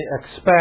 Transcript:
expect